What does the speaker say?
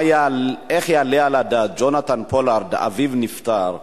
איך יעלה על הדעת, יונתן פולארד, אביו נפטר,